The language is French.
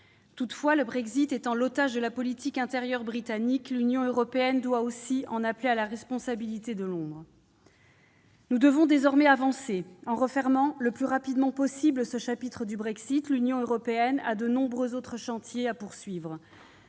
Toutefois, le Brexit étant l'otage de la politique intérieure britannique, l'Union européenne doit aussi en appeler à la responsabilité de Londres. Nous devons désormais avancer, en refermant le plus rapidement possible ce chapitre du Brexit, car l'Union européenne a de nombreux autres chantiers à poursuivre.